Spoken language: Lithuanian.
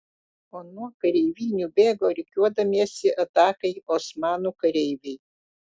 o nuo kareivinių bėgo rikiuodamiesi atakai osmanų kareiviai